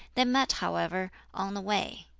they met, however, on the way.